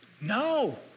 No